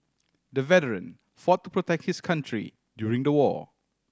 the veteran fought to protect his country during the war